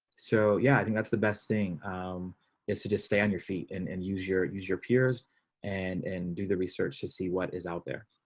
so yeah, i think that's the best thing is to just stay on your feet and and use your use your peers and and do the research to see what is out there.